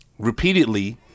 Repeatedly